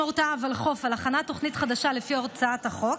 אם הורתה הוולחו"ף על הכנת תוכנית חדשה לפי הצעת החוק,